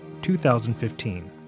2015